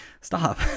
stop